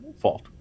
fault